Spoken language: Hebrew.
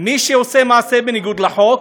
מי שעושה מעשה בניגוד לחוק,